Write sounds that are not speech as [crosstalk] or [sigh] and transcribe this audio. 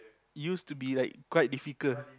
used to be like quite difficult [noise]